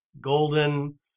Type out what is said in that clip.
golden